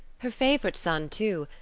her favorite son, too.